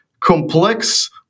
complex